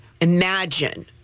imagine